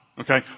Okay